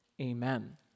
amen